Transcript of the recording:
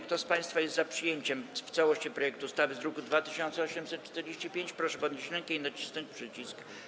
Kto z państwa jest za przyjęciem w całości projektu ustawy z druku nr 2845, proszę podnieść rękę i nacisnąć przycisk.